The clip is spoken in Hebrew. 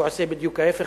ועושה בדיוק ההיפך,